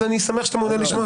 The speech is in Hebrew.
אני שמח שאתה מעוניין לשמוע.